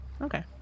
Okay